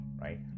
Right